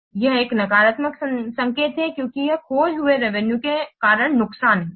इसलिए यह एक नकारात्मक संकेत है क्योंकि यह खोए हुए रेवेनुए के कारण नुकसान है